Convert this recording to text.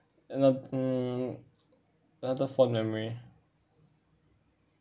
no mm another fond memory